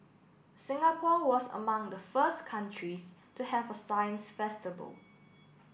Singapore was among the first countries to have a science festival